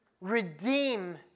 redeem